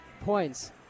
points